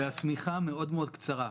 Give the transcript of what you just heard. והשמיכה מאוד מאוד קצרה.